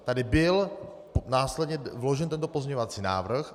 Tady byl následně vložen tento pozměňovací návrh.